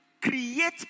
create